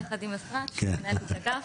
יחד עם אפרת שהיא מנהלת אגף.